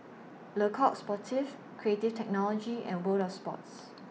Le Coq Sportif Creative Technology and World of Sports